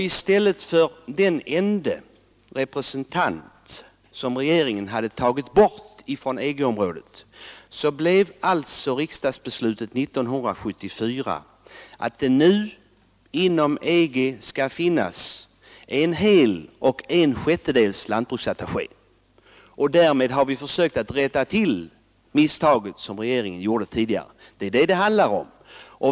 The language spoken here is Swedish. I stället för den enda representant som regeringen hade tagit bort från EG-området skall det enligt riksdagsbeslutet 1974 inom EG finnas en hel och en sjättedels tjänst som lantbruksattaché. Därmed har vi försökt rätta till det misstag regeringen tidigare gjort. Det är det det handlar om.